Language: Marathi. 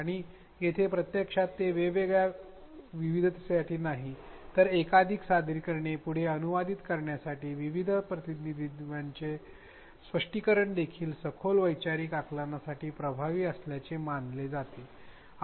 आणि येथे प्रत्यक्षात हे केवळ विविधतेसाठी नाही तर एकाधिक सादरीकरणे पुढे अनुवादित करण्यासाठी विविध प्रतिनिधित्वांचे स्पष्टीकरण देखील सखोल वैचारिक आकलनासाठी प्रभावी असल्याचे मानले जाते